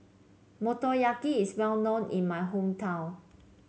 motoyaki is well known in my hometown